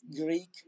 Greek